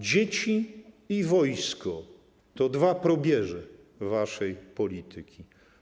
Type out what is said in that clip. Dzieci i wojsko to dwa probierze waszej polityki.